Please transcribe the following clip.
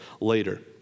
later